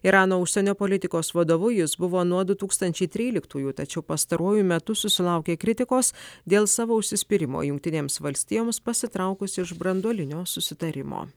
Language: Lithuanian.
irano užsienio politikos vadovu jis buvo nuo du tūkstančiai tryliktųjų tačiau pastaruoju metu susilaukė kritikos dėl savo užsispyrimo jungtinėms valstijoms pasitraukus iš branduolinio susitarimo